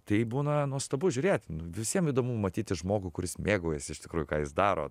tai būna nuostabu žiūrėt visiem įdomu matyti žmogų kuris mėgaujasi iš tikrųjų ką jis daro